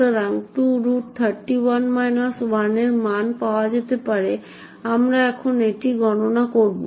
সুতরাং 231 1 এর মান পাওয়া যেতে পারে আমরা এখনই এটি গণনা করব